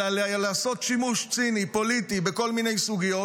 אלא לעשות שימוש ציני פוליטי בכל מיני סוגיות,